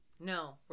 no